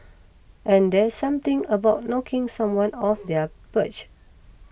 and there's something about knocking someone off their perch